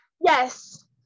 yes